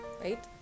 Right